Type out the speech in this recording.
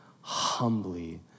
humbly